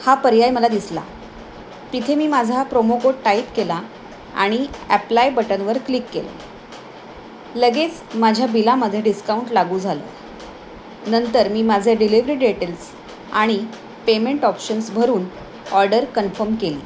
हा पर्याय मला दिसला तिथे मी माझा हा प्रोमो कोड टाईप केला आणि ॲप्लाय बटनवर क्लिक केलं लगेच माझ्या बिलामझे डिस्काउंट लागू झालं नंतर मी माझे डिलेव्हरी डेटेल्स आणि पेमेंट ऑप्शन्स भरून ऑर्डर कन्फर्म केली